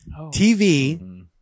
TV